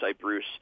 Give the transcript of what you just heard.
Bruce